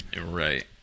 Right